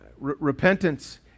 Repentance